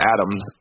Adams